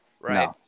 right